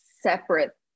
separate